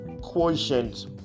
quotient